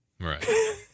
Right